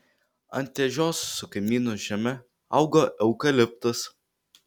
ant ežios su kaimynų žeme augo eukaliptas